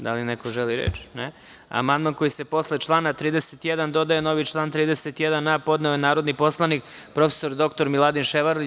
Da li neko želi reč? (Ne) Amandman kojim se posle člana 31. dodaje novi član 31a, podneo je narodi poslanik prof. dr Miladin Ševarlić.